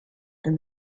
and